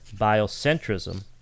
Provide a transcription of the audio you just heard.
Biocentrism